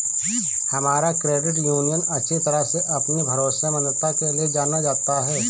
हमारा credit union अच्छी तरह से अपनी भरोसेमंदता के लिए जाना जाता है